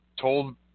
told